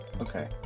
Okay